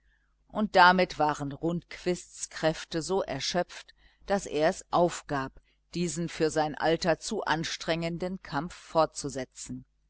und damit waren rundquists kräfte so erschöpft daß er es aufgab diesen für sein alter zu anstrengenden kampf fortzusetzen